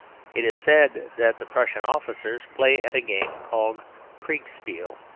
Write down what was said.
it is said that the prussian officers play at a game called kriegsspiel,